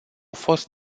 fost